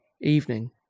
evening